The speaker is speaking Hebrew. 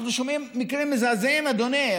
אנחנו שומעים מקרים מזעזעים, אדוני.